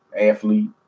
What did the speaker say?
athlete